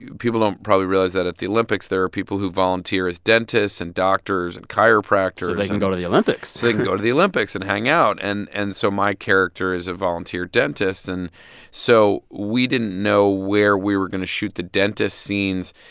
people don't probably realize that at the olympics, there are people who volunteer as dentists and doctors and chiropractors so they can go to the olympics so they can go to the olympics and hang out. and and so my character is a volunteer dentist and so we didn't know where we were going to shoot the dentist scenes.